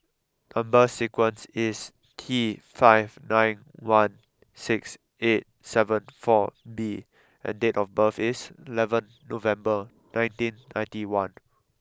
number sequence is T five nine one six eight seven four B and date of birth is eleven November nineteen ninety one